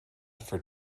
for